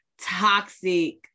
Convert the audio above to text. toxic